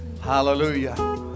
Hallelujah